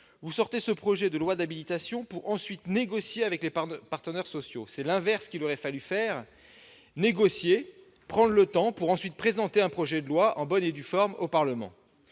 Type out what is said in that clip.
vous sortez ce projet de loi d'habilitation pour ensuite négocier avec les partenaires sociaux. C'est l'inverse qu'il aurait fallu faire : prendre le temps de négocier, pour ensuite présenter un projet de loi en bonne et due forme au Parlement.